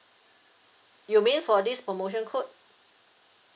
you mean for this promotion code